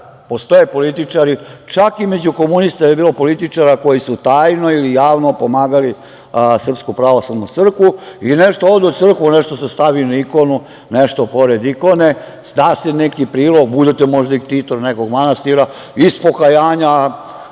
Postoje političari, čak i među komunistima je bilo političara koji su tajno ili javno pomagali SPC i nešto ode u crkvu, nešto se stavi na ikonu, nešto pored ikone, da se neki prilog, budete možda i ktitor nekog manastira. Iz pokajanja